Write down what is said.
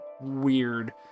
weird